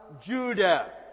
Judah